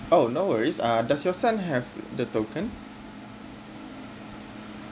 oh no worries uh does your son have the token